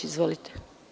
Izvolite.